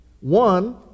one